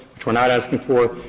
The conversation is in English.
which we're not asking for,